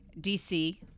DC